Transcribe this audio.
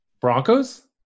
Broncos